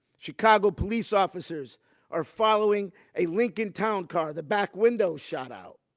chicago police officers are following a lincoln towncar. the back window's shot out.